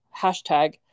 hashtag